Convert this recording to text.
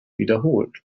wiederholt